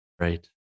Right